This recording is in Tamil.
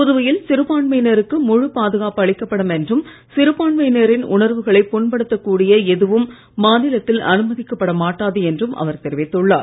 புதுவையில் சிறுபான்மையினருக்கு முழுப் பாதுகாப்பு அளிக்கப்படும் என்றும் சிறுபான்மையினரின் உணர்வுகளை புண்படுத்தக் கூடிய எதுவும் மாநிலத்தில் அனுமதிக்கப்பட மாட்டாது என்றும் அவர் தெரிவித்துள்ளார்